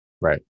Right